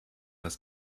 das